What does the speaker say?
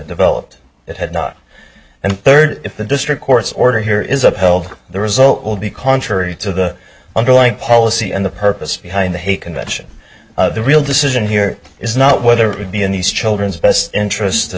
developed it had not and third if the district court's order here is upheld the result will be contrary to the underlying policy and the purpose behind the hague convention the real decision here is not whether it be in these children's best interest to